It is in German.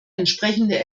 entsprechende